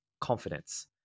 confidence